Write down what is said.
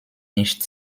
nicht